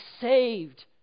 saved